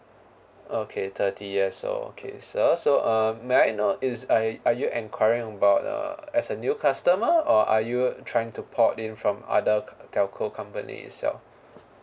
okay thirty years old okay sir so um may I know is I are you enquiring about uh as a new customer or are you trying to port in from other telco company itself